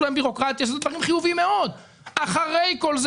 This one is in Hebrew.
להן בירוקרטיה שאלה דברים חיוביים מאוד - אחרי כל זה